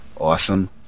Awesome